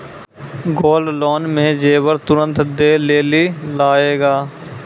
Gold loan मे जेबर तुरंत दै लेली लागेया?